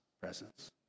presence